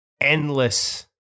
endless